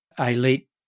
elite